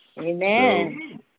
Amen